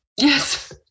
Yes